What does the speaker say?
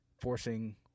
forcing